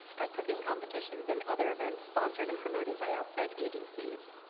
at cooking competitions and other events, sponsored and promoted by outside agencies.